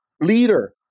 leader